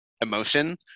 emotion